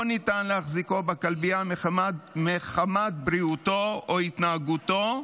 לא ניתן להחזיקו בכלבייה מחמת בריאותו או התנהגותו,